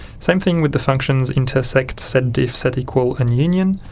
same thing with the functions intersect, setdiff, setequal and union,